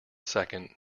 second